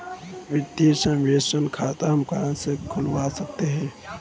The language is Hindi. वित्तीय समावेशन खाता हम कहां से खुलवा सकते हैं?